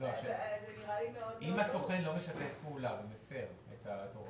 אם הסוכן לא משתף פעולה ומפר את הוראות החוק.